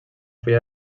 fulla